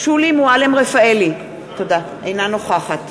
שולי מועלם-רפאלי, אינה נוכחת